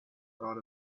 thought